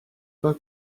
pas